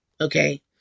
okay